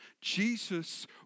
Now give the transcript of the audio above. Jesus